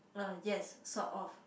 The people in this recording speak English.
uh yes sort of